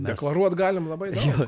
deklaruot galim labai daug